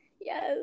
yes